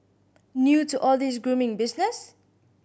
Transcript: new to all this grooming business